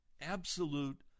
absolute